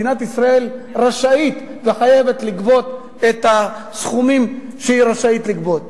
מדינת ישראל רשאית וחייבת לגבות את הסכומים שהיא רשאית לגבות.